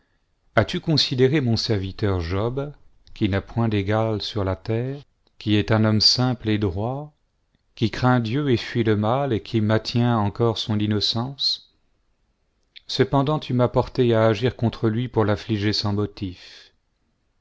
as-tu considéré mon serviteur job qui n'a point d'égal sur la terre qui est un homme simple et droit qui craint dieu et fuit le mal et qui maintient encore son innocence cependant tu m'as porté à agir contre lui pour l'affliger sans motif